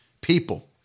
people